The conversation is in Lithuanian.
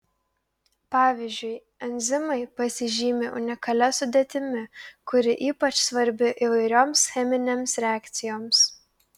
pavyzdžiui enzimai pasižymi unikalia sudėtimi kuri ypač svarbi įvairioms cheminėms reakcijoms